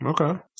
Okay